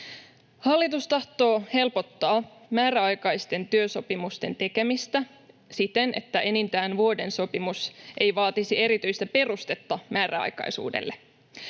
Hallitus tahtoo helpottaa määräaikaisten työsopimusten tekemistä siten, että enintään vuoden sopimus ei vaatisi erityistä perustetta määräaikaisuudelle.